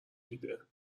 دیده